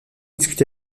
discuté